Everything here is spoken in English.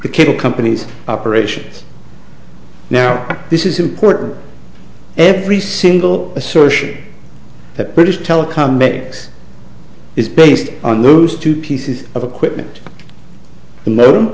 the cable companies operations now this is important every single assertion that british telecom makes is based on those two pieces of equipment the modem